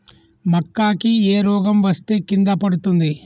మక్కా కి ఏ రోగం వస్తే కింద పడుతుంది?